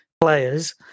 players